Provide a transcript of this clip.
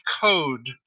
code